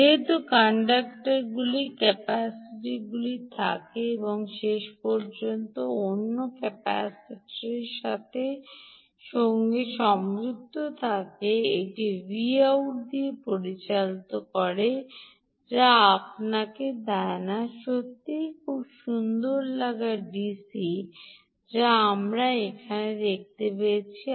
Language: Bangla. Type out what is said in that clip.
যেহেতু ইন্ডাক্টরগুলির ক্যাপাসিটার থাকে এবং শেষ পর্যন্ত অন্য ক্যাপাসিটরের সাথে সমস্ত সংযুক্ত হয়ে একটি Voutর দিকে পরিচালিত করে যা আপনাকে সত্যিই খুব সুন্দর লাগার ডিসি দেয়যা আমরা এখানে পেয়েছি